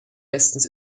bestens